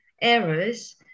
errors